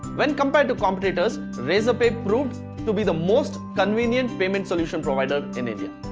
when compared to competitors razorpay proved to be the most convenient payment solution provider in india